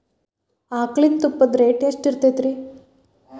ಆಕಳಿನ ತುಪ್ಪದ ರೇಟ್ ಎಷ್ಟು ಇರತೇತಿ ರಿ?